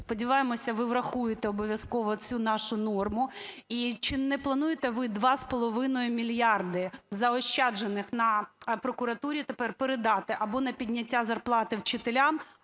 Сподіваємося, ви врахуєте обов'язково цю нашу норму. І чи не плануєте ви 2,5 мільярда, заощаджених на прокуратурі, тепер передати або на підняття зарплати вчителям,